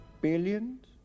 Billions